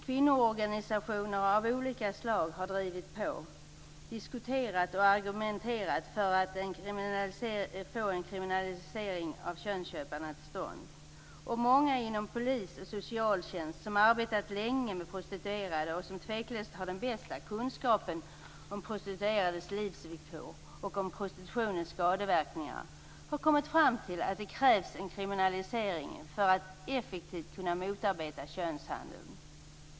Kvinnoorganisationer av olika slag har drivit på, diskuterat och argumenterat för att få till stånd en kriminalisering av könsköparna. Många inom polis och socialtjänst, som har arbetat länge med prostituerade och som tveklöst har den bästa kunskapen om prostituerades livsvillkor och om prostitutionens skadeverkningar, har kommit fram till att det krävs en kriminalisering för att man effektivt skall kunna motarbeta könshandeln.